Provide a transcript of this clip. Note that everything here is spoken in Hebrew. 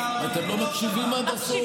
אתם לא מקשיבים עד הסוף.